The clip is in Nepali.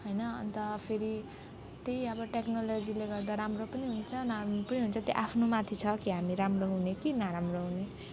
हैन अनि त फेरि त्यही अब टेक्नोलोजीले गर्दा राम्रो पनि हुन्छ नराम्रो पनि हुन्छ त्यो आफ्नो माथि छ कि हामी राम्रो हुने कि नराम्रो हुने